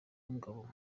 w’ingabo